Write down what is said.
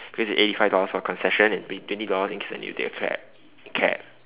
eighty five dollars for concession and twenty dollars in case I need to take a cab cab